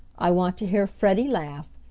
i want to hear freddie laugh,